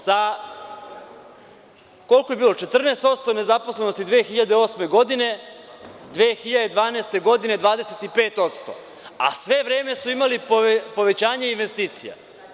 Sa, koliko je bilo 14 %nezaposlenosti 2008. godine, 2012. godine 25%, a sve vreme su imali povećanje investicija.